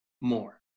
more